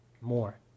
more